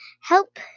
help